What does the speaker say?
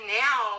now